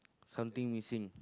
something missing